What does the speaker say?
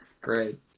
Great